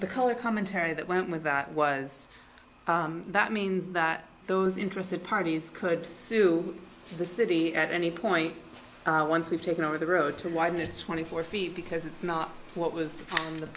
the color commentary that went with that was that means that those interested parties could sue the city at any point once we've taken over the road to why this twenty four feet because it's not what was the